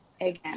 again